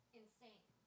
insane